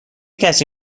کسی